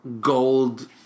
gold